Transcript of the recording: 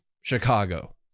Chicago